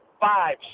five